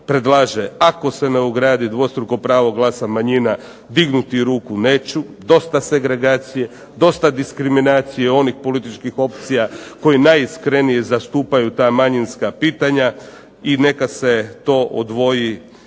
ako se ne ugradi dvostruko pravo glasa manjina dignuti ruku neću, dosta segregacije, dosta diskriminacije onih političkih opcija koje najiskrenije zastupaju ta manjinska pitanja, neka to zajedno